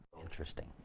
Interesting